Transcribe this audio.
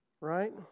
right